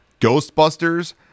Ghostbusters